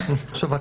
עכשיו,